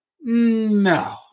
no